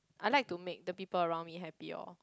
I like to make the people around me happy oh